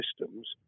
systems